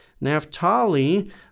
Naphtali